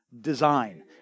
design